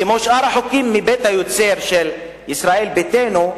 כמו שאר החוקים מבית-היוצר של ישראל ביתנו,